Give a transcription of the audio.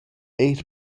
eir